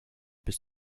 bis